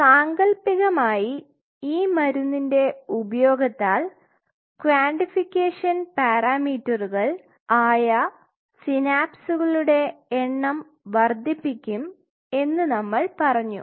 സാങ്കല്പികമായി ഈ മരുന്നിൻറെ ഉപയോഗത്താൽ ക്വാണ്ടിഫിക്കേഷൻ പാരമീറ്ററുകൾ ആയ സിനാപ്സ്കളുടെ എണ്ണം വർധിപ്പിക്കും എന്ന് നമ്മൾ പറഞ്ഞു